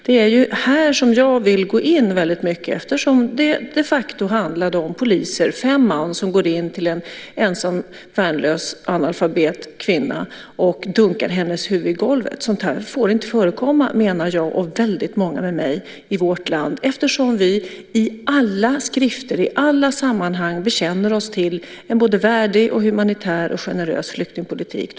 Det är här som jag vill gå in väldigt mycket eftersom det de facto handlade om poliser, fem man, som gick in till en ensam, värnlös kvinnlig analfabet och dunkade hennes huvud i golvet. Sådant får inte förekomma i vårt land, menar jag och väldigt många med mig, eftersom vi i alla skrifter i alla sammanhang bekänner oss till en värdig, humanitär och generös flyktingpolitik.